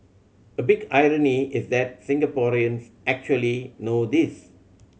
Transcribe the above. a big irony is that Singaporeans actually know this